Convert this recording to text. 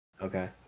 Okay